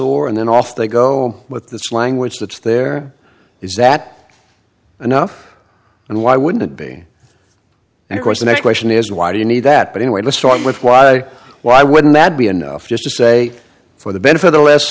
or and then off they go with this language that's there is that enough and why wouldn't it be and of course the next question is why do you need that but anyway let's start with why why wouldn't that be enough just to say for the benefit the less